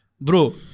bro